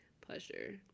pleasure